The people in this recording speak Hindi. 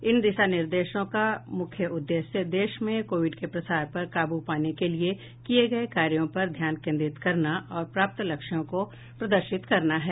इन दिशा निर्देशों का मुख्य उद्देश्य देश में कोविड के प्रसार पर काबू पाने के लिए किए गए कार्यो पर ध्यान केन्द्रित करना और प्राप्त लक्ष्यों को प्रदर्शित करना है